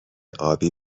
آبی